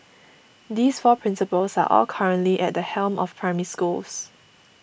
these four principals are all currently at the helm of Primary Schools